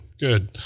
Good